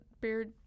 Beard